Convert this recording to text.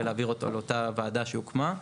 ולהעביר אותו לאותה ועדה שהוקמה,